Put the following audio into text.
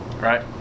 Right